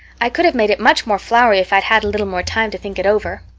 i could have made it much more flowery if i'd had a little more time to think it over.